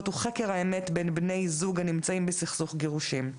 הוא חקר האמת בין בני זוג הנמצאים בסכסוך גירושים.